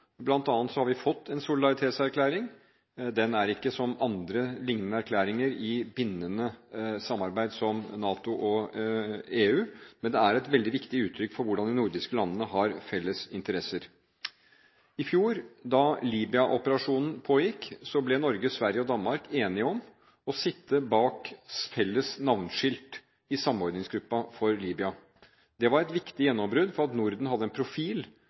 har bl.a. fått en solidaritetserklæring, den er ikke som andre liknende erklæringer i bindende samarbeid, som NATO og EU, men den er et veldig viktig uttrykk for hvordan de nordiske landene har felles interesser. I fjor, da Libya-operasjonen pågikk, ble Norge, Sverige og Danmark enige om å sitte bak felles navneskilt i samordningsgruppen for Libya. Det var et viktig gjennombrudd for at Norden fikk en profil.